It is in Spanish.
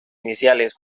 iniciales